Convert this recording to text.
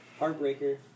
Heartbreaker